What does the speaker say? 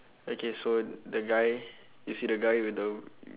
okay so the guy you see the guy with the